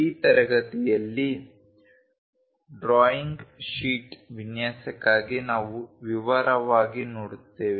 ಈ ತರಗತಿಯಲ್ಲಿ drawing sheet ವಿನ್ಯಾಸಕ್ಕಾಗಿ ನಾವು ವಿವರವಾಗಿ ನೋಡುತ್ತೇವೆ